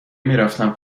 میرفتم